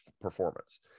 performance